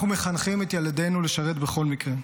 אנחנו מחנכים את ילדינו לשרת בכל מקרה.